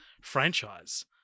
franchise